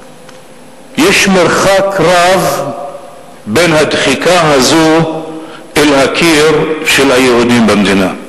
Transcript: יש מרחק רב לדחיקה הזאת אל הקיר של היהודים במדינה,